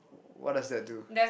what does that do